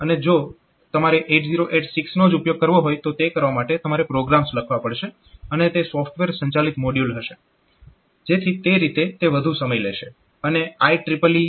અને જો તમારે 8086 નો જ ઉપયોગ કરવો હોય તો તે કરવા માટે તમારે પ્રોગ્રામ્સ લખવા પડશે અને તે સોફ્ટવેર સંચાલિત મોડ્યુલ હશે જેથી તે રીતે તે વધુ સમય લેશે